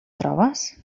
trobes